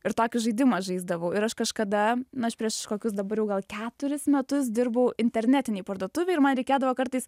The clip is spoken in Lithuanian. ir tokį žaidimą žaisdavau ir aš kažkada na aš prieš kokius dabar jau gal keturis metus dirbau internetinėj parduotuvėj ir man reikėdavo kartais